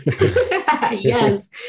Yes